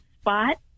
spot